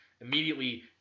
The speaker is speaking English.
immediately